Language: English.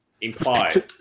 implied